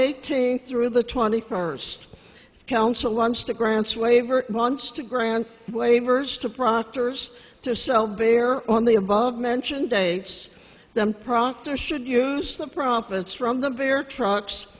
eighteenth through the twenty first council lunch to grants waiver months to grant waivers to proctor's to sell beer on the above mentioned dates them proctor should use the profits from the beer trucks